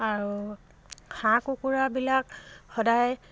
আৰু হাঁহ কুকুৰাবিলাক সদায়